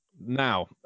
Now